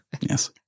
Yes